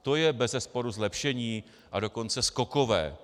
To je bezesporu zlepšení, a dokonce skokové.